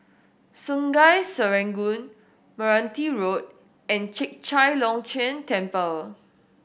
Sungei Serangoon Meranti Road and Chek Chai Long Chuen Temple